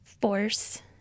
force